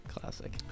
Classic